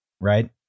right